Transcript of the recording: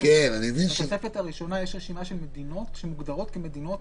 בתוספת הראשונה יש רשימה של מדינות שמוגדרות כמדינות